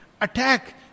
Attack